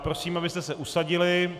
Prosím, abyste se usadili.